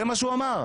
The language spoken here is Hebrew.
זה מה שהוא אמר.